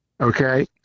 Okay